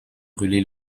brûler